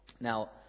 Now